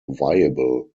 viable